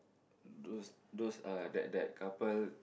those those uh that that couple